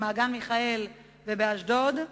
במעגן-מיכאל ובאשדוד,